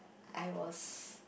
I was